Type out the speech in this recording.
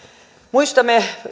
muistamme